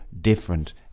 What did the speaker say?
different